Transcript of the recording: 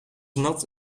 nat